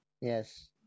Yes